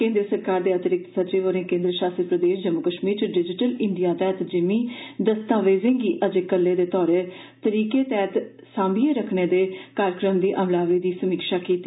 केन्द्र सरकार दे अतिरिक्त सचिव होरें केन्द्र शासित प्रदेश जम्मू कष्मीर च डिजिटल इंडिया तैह्त जिमीं दस्तावेजें गी अज्जै कल्लै दे तौर तरीकें तैह्त सांभियै रक्खने दे कार्यक्रम दी अमलावरी दी समीक्षा कीती